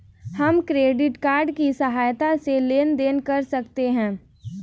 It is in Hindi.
हम क्रेडिट कार्ड की सहायता से लेन देन कैसे कर सकते हैं?